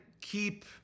keep